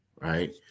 right